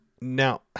Now